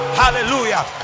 hallelujah